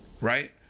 right